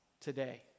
today